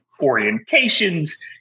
orientations